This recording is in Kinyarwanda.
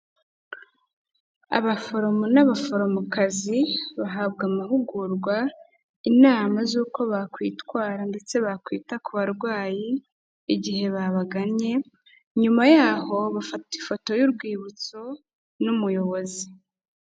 Abaforomo n'abaforomokazi bahabwa amahugurwa, inama z'uko bakwitwara ndetse bakwita ku barwayi igihe babagannye, nyuma yaho bafata ifoto y'urwibutso n'umuyobozi.